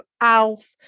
ALF